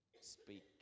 speak